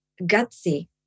gutsy